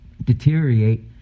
deteriorate